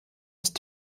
ist